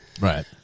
right